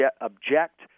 object